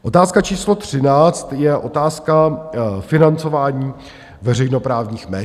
Otázka číslo 13 je otázka financování veřejnoprávních médií.